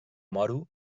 moro